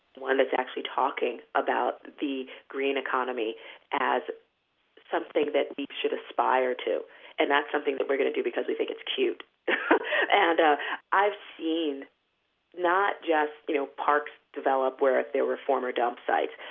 one that's actually talking about the green economy as something that we should aspire to and not something that we're going to do because we think it's cute and i've seen not just, you know, parks develop where there were former dump sites,